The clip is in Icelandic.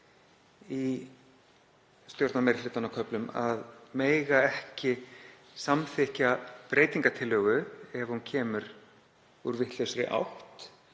í stjórnarmeirihlutann á köflum að mega ekki samþykkja breytingartillögu ef hún kemur úr vitlausri átt